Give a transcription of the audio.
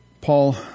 Paul